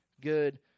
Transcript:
good